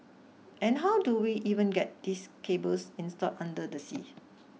and how do we even get these cables installed under the sea